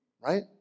Right